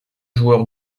joueur